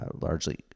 largely